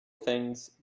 things